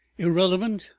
irrelevant,